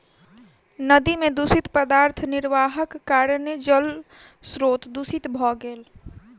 नदी में दूषित पदार्थ निर्वाहक कारणेँ जल स्त्रोत दूषित भ गेल